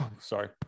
sorry